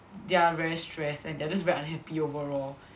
they're very stressed and they're just very unhappy overall